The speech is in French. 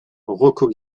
rocco